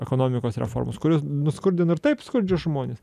ekonomikos reformos kuri nuskurdino ir taip skurdžius žmones